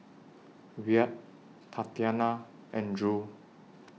Wyatt Tatyana and Drew